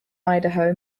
idaho